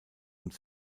und